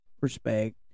respect